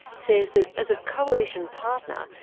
says that as a coalition partner,